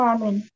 Amen